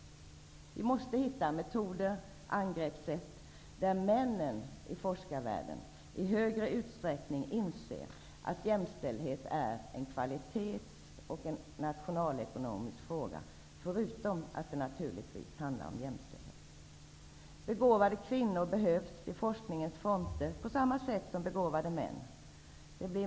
Vi måste hitta metoder och angreppssätt som gör att männen i forskarvärlden i högre utsträckning inser att frågan om jämställdhet även är en kvalitetsfråga och en nationalekonomisk fråga. Begåvade kvinnor behövs i forskningens fronter på samma sätt som begåvad män.